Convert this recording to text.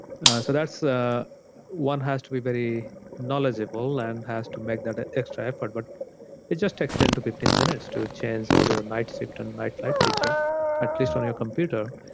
so that's ah one has to be very knowledgeable and has make that an extra effort, but it just extend to fifteen minutes to change all your night shift or nightlight feature at least on your computer.